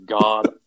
god